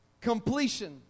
completion